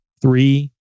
Three